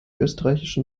österreichischen